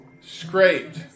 Scraped